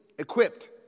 equipped